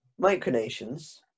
micronations